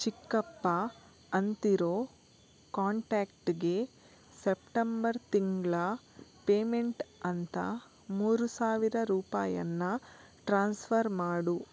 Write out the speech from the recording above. ಚಿಕ್ಕಪ್ಪ ಅಂತಿರೋ ಕಾಂಟ್ಯಾಕ್ಟಿಗೆ ಸೆಪ್ಟೆಂಬರ್ ತಿಂಗಳ ಪೇಮೆಂಟ್ ಅಂತ ಮೂರು ಸಾವಿರ ರೂಪಾಯನ್ನ ಟ್ರಾನ್ಸ್ಫರ್ ಮಾಡು